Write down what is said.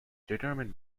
determined